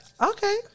Okay